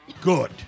good